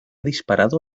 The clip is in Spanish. disparado